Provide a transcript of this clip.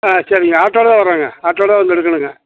ஆ சரிங்க ஆட்டோவில் வர்றேங்க ஆட்டோவில் தான் வந்து எடுக்கணுங்க